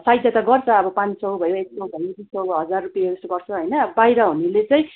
सहायता त गर्छ अब पाँचसय भयो हजार रुपियाँ गर्छ होइन बाहिर हुनेले चाहिँ